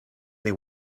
they